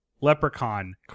Leprechaun